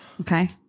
Okay